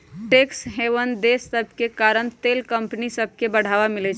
tax haven देश सभके कारण तेल कंपनि सभके बढ़वा मिलइ छै